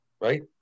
Right